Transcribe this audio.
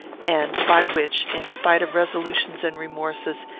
and by which, in spite of resolutions and remorses,